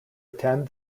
attend